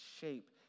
shape